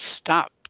Stop